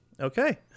Okay